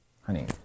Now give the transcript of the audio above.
Honey